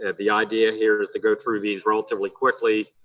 and the idea here is to go through these relatively quickly,